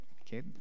okay